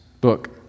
book